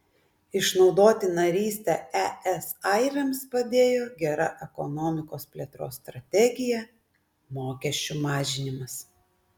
išnaudoti narystę es airiams padėjo gera ekonomikos plėtros strategija mokesčių mažinimas